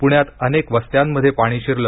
पुण्यात अनेक वस्त्यांमध्ये पाणी शिरल